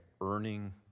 earning